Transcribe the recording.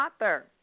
author